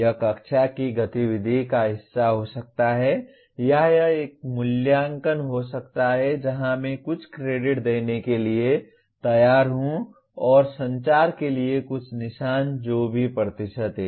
यह कक्षा की गतिविधि का हिस्सा हो सकता है या यह एक मूल्यांकन हो सकता है जहां मैं कुछ क्रेडिट देने के लिए तैयार हूं और संचार के लिए कुछ निशान जो भी प्रतिशत है